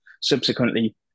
subsequently